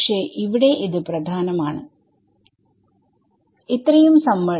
പക്ഷെ ഇവിടെ ഇത് പ്രധാനം ആണ്